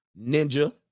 ninja